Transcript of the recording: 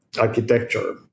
architecture